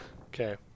Okay